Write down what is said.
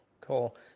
Cool